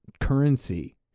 currency